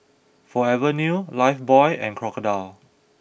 Forever New Lifebuoy and Crocodile